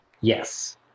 Yes